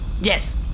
Yes